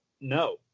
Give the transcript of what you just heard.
no